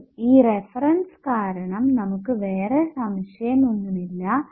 അപ്പോൾ ഈ റഫറൻസ് കാരണം നമുക്ക് വേറെ സംശയം ഒന്നുമില്ല